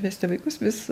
vesti vaikus vis